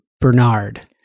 Bernard